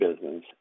business